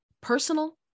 personal